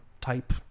type